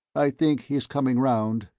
i think he's coming round,